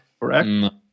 correct